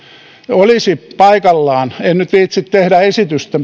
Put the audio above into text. olisi paikallaan en nyt viitsi tehdä esitystä